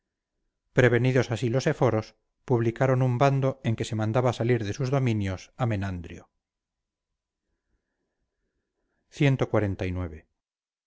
prevenidos así los eforos publicaron un bando en que se mandaba salir de sus dominios a menandrio cxlix